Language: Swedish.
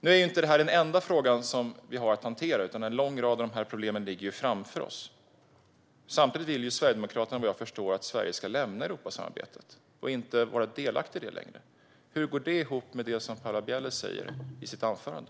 Nu är detta inte den enda fråga vi har att hantera, utan en lång rad av problem ligger framför oss. Samtidigt vill ju Sverigedemokraterna, vad jag förstår, att Sverige ska lämna Europasamarbetet och inte vara delaktigt i det längre. Hur går det ihop med det Paula Bieler säger i sitt anförande?